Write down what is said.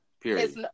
period